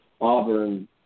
Auburn